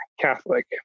Catholic